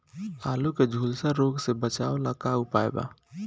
आलू के झुलसा रोग से बचाव ला का उपाय बा?